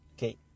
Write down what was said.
Okay